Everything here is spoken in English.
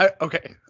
Okay